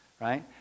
Right